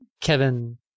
Kevin